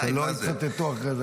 שלא יצטטו אחר כך.